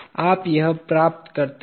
आप यह प्राप्त करते है